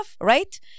right